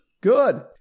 good